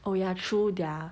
oh ya true their